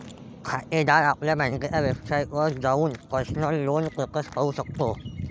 खातेदार आपल्या बँकेच्या वेबसाइटवर जाऊन पर्सनल लोन स्टेटस पाहू शकतो